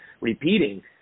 repeating